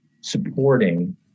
supporting